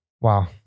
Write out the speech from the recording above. Wow